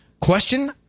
Question